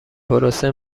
پروسه